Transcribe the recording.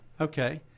Okay